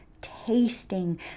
tasting